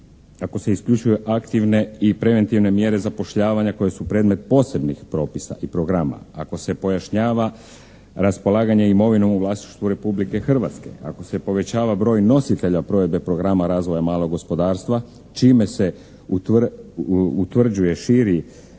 ako se isključuje aktivne i preventivne mjere zapošljavanja koje su predmet posebnih propisa i programa, ako se pojašnjava raspolaganje imovinom u vlasništvu Republike Hrvatske, ako se povećava broj nositelja provedbe programa razvoja malog gospodarstva čime se utvrđuje, širi